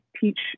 teach